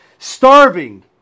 starving